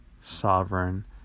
sovereign